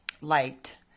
liked